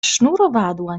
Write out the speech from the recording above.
sznurowadła